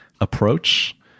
approach